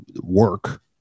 work